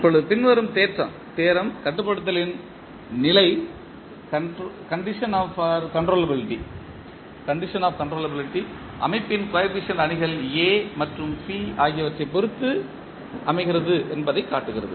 இப்போது பின்வரும் தேற்றம் கட்டுப்படுத்தலின் நிலை அமைப்பின் கோஎபிசியன்ட் அணிகள் A மற்றும் B ஆகியவற்றைப் பொறுத்தது என்பதைக் காட்டுகிறது